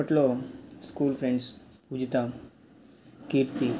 అప్పట్లో school friends Pujitha కీర్తి